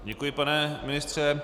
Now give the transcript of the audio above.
Děkuji, pane ministře.